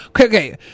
Okay